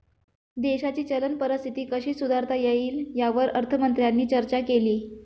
देशाची चलन परिस्थिती कशी सुधारता येईल, यावर अर्थमंत्र्यांनी चर्चा केली